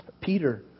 Peter